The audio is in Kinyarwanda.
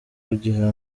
kugira